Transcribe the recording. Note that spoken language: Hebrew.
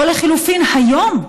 או לחלופין היום,